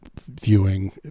viewing